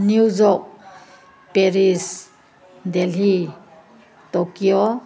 New York Paris Delhi Tokyo